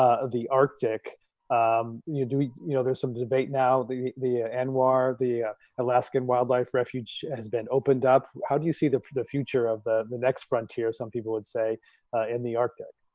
ah the arctic um you do you know, there's some debate now the the anwar the alaskan wildlife refuge has been opened up how do you see the the future of the the next frontier? some people would say ah in the arctic?